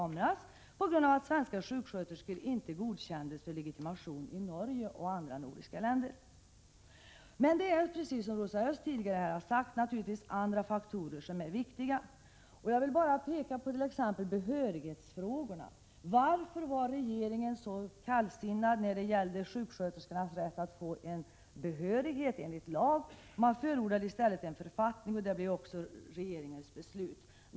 Men det finns, precis som Rosa Östh tidigare sagt, naturligtvis också andra faktorer som är viktiga. Jag vill bara peka på t.ex. behörighetsfrågorna. Varför var regeringen så kallsinnig när det gällde sjuksköterskornas rätt att få behörighet enligt lag? Man förordade i stället en föreskrift som grund för legitimation. Det blev också regeringens beslut.